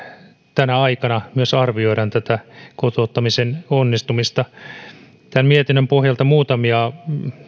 tänä aikana myös arvioidaan kotouttamisen onnistumista tämän mietinnön pohjalta muutamia